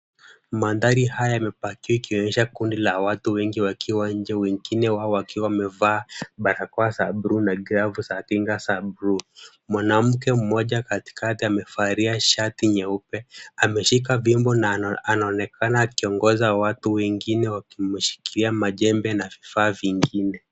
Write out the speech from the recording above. Mandhari haya yamepakiwa ikionyesha kundi la watu wengi wakiwa nje, wengine wao wakiwa wamevaa barakoa za buluu na glavu za kinga za buluu. Mwanamke mmoja katikati amevalia shati nyeupe, ameshika fimbo na anaonekana akiongoza watu wengine wakimshikilia majembe na vifaa vingine.